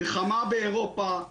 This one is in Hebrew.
מלחמה באירופה.